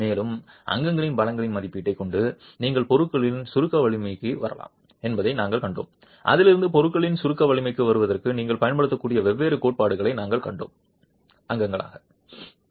மேலும் அங்கங்களின் பலங்களின் மதிப்பீட்டைக் கொண்டு நீங்கள் பொருளின் சுருக்க வலிமைக்கு வரலாம் என்பதை நாங்கள் கண்டோம்அதிலிருந்து பொருளின் சுருக்க வலிமைக்கு வருவதற்கு நீங்கள் பயன்படுத்தக்கூடிய வெவ்வேறு கோட்பாடுகளை நாங்கள் கண்டோம் அங்கங்கள்